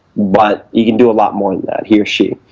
but you can do a lot more than that, he or she.